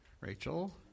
Rachel